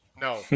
No